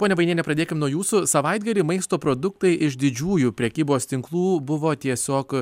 ponia vainiene pradėkim nuo jūsų savaitgalį maisto produktai iš didžiųjų prekybos tinklų buvo tiesiog